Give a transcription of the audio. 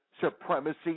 supremacy